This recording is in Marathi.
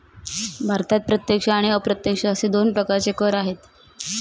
भारतात प्रत्यक्ष आणि अप्रत्यक्ष असे दोन प्रकारचे कर आहेत